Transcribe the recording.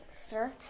sir